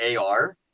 AR